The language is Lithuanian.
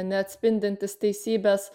neatspindintys teisybės